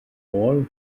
paul